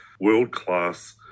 world-class